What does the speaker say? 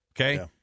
okay